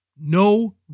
no